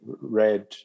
read